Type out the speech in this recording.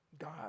God